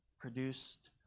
produced